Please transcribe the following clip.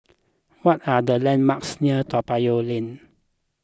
what are the landmarks near Toa Payoh Lane